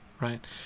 right